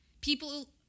people